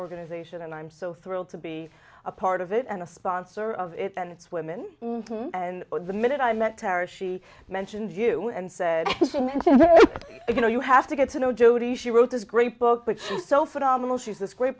organization and i'm so thrilled to be a part of it and a sponsor of it and it's women and the minute i met tara she mentioned you and said you know you have to get to know jodi she wrote this great book which is so phenomenal she's this great